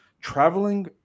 traveling